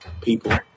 people